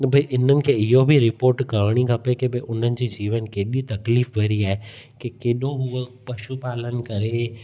न भाई इननि खे इहो बि रिपोर्ट करिणी खपे की भाई उन्हनि जी जीवन केॾी तकलीफ़ु भरी आहे की केॾो उहो पशु पालन करे